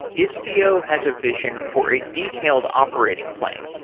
istio has a vision for a detailed operating plane,